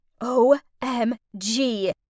O-M-G